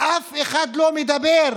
אף אחד לא מדבר,